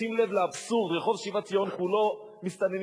שים לב לאבסורד, רחוב שיבת ציון כולו מסתננים.